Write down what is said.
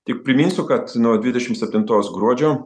tik priminsiu kad nuo dvidešimt septintos gruodžio